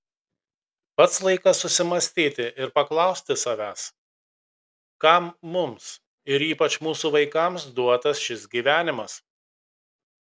pats laikas susimąstyti ir paklausti savęs kam mums ir ypač mūsų vaikams duotas šis gyvenimas